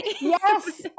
Yes